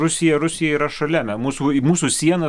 rusija rusija yra šalia na mūsų mūsų siena